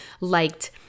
liked